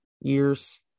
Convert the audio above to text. years